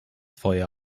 feuer